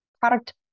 product